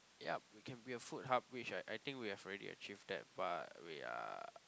yup we can be a food hub which I I think we have already achieve that but we are